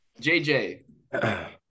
JJ